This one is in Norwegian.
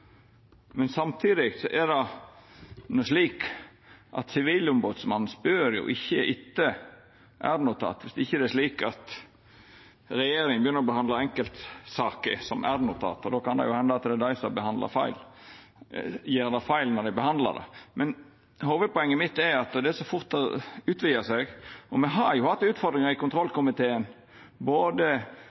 Men samtidig er det jo slik at Sivilombodet ikkje spør etter r-notat om ikkje regjeringa begynner å behandla enkeltsaker som r-notat. Og då kan det henda at det er dei som gjer det feil, når dei behandlar det. Hovudpoenget mitt er at det så fort utvidar seg. Me har jo hatt utfordringar i kontrollkomiteen.